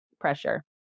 pressure